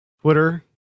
Twitter